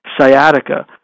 sciatica